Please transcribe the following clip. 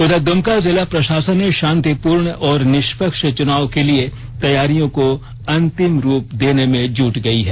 उधर दुमका जिला प्रशासन ने शांतिपूर्ण और निष्पक्ष चुनाव के लिए तैयारियों को अंतिम रूप देने में जुट गई है